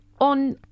on